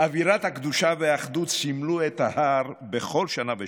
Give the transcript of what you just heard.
אווירת הקדושה והאחדות סימלו את ההר בכל שנה ושנה,